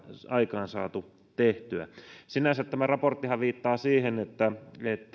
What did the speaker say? aikaansaatu tehty sinänsä tämä raporttihan viittaa siihen että